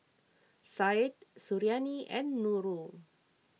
Syed Suriani and Nurul